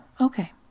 okay